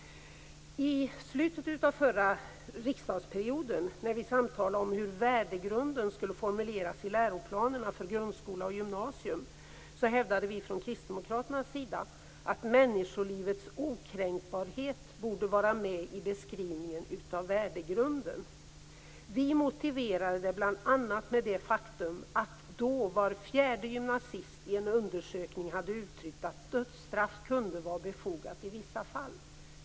I slutet av den förra riksdagsperioden, när vi samtalade om hur värdegrunden skulle formuleras i läroplanerna för grundskolan och gymnasiet, hävdade vi kristdemokrater att människolivets okränkbarhet borde vara med i beskrivningen av värdegrunden. Vi motiverade det bl.a. med det faktum att var fjärde gymnasist då i en undersökning hade uttryckt att dödsstraff kunde vara befogat i vissa fall.